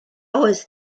oes